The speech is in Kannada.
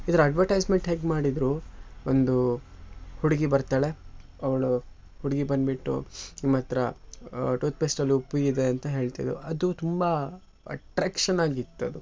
ಇದರ ಅಡ್ವಟೈಸ್ಮೆಂಟ್ ಹೇಗೆ ಮಾಡಿದರು ಒಂದು ಹುಡುಗಿ ಬರ್ತಾಳೆ ಅವಳು ಹುಡುಗಿ ಬನ್ಬಿಟ್ಟು ನಿಮ್ಮ ಹತ್ರ ಟೂತ್ ಪೇಸ್ಟಲ್ಲೂ ಉಪ್ಪು ಇದೆ ಅಂತ ಹೇಳ್ತಿದ್ಲು ಅದು ತುಂಬ ಅಟ್ರ್ಯಾಕ್ಷನ್ ಆಗಿತ್ತದು